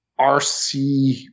RC